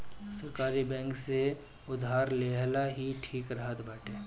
सरकारी बैंक से उधार लेहल ही ठीक रहत बाटे